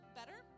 better